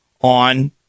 on